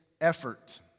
effort